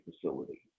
facility